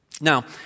Now